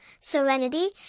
serenity